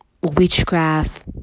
Witchcraft